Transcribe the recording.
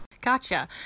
Gotcha